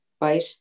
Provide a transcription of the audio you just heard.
right